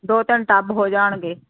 ਦੋ ਤਿੰਨ ਟੱਬ ਹੋ ਜਾਣਗੇ